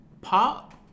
Pop